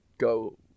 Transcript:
go